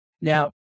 now